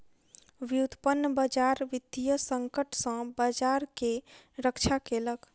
व्युत्पन्न बजार वित्तीय संकट सॅ बजार के रक्षा केलक